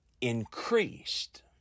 increased